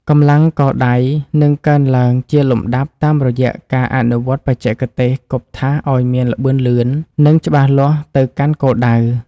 កម្លាំងកដៃនឹងកើនឡើងជាលំដាប់តាមរយៈការអនុវត្តបច្ចេកទេសគប់ថាសឱ្យមានល្បឿនលឿន និងច្បាស់លាស់ទៅកាន់គោលដៅ។